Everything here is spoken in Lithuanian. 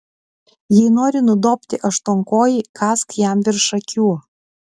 jei nori nudobti aštuonkojį kąsk jam virš akių